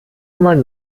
man